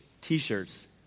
t-shirts